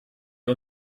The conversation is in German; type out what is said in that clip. wir